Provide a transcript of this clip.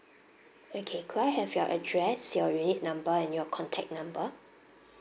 okay could I have your address your unit number and your contact number